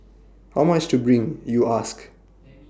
how much to bring you ask